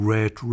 Red